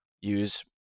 use